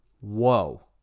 Whoa